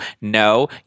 No